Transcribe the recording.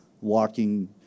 walking